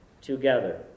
together